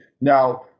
Now